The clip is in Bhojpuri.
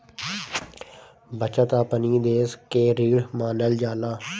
बचत अपनी देस के रीढ़ मानल जाला